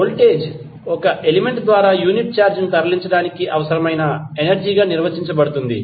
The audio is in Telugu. వోల్టేజ్ ఒక ఎలిమెంట్ ద్వారా యూనిట్ ఛార్జ్ ను తరలించడానికి అవసరమైన ఎనర్జీ గా నిర్వచించబడుతుంది